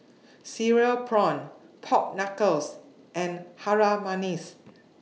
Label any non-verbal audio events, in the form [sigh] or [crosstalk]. [noise] Cereal Prawns Pork Knuckles and Harum Manis